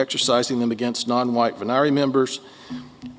exercising them against nonwhites and i remember